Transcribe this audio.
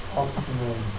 optimum